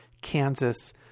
Kansas